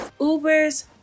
Uber's